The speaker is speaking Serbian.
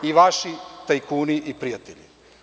I vaši tajkuni i prijatelji.